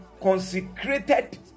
consecrated